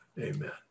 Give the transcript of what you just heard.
Amen